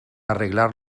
arreglar